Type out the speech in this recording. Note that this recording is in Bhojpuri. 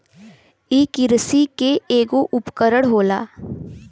इ किरसी के ऐगो उपकरण होला